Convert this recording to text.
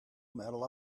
medal